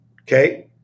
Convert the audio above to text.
okay